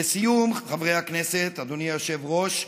לסיום, חברי הכנסת, אדוני היושב-ראש,